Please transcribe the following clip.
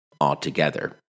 altogether